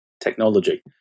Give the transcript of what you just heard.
technology